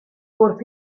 wrth